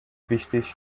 wichtig